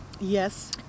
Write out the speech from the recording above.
yes